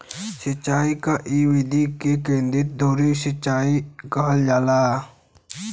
सिंचाई क इ विधि के केंद्रीय धूरी सिंचाई कहल जाला